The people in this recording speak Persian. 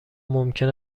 ممکن